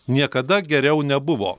niekada geriau nebuvo